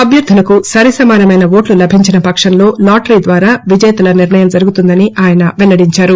అభ్యర్గులకు సరిసమానమైన ఓట్లు లభించని పక్షంలో లాటరీ ద్వారా విజేతల నిర్ణయం జరుతుందని ఆయన పెల్లడిందారు